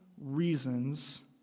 reasons